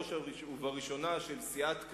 ובראש ובראשונה של סיעת קדימה,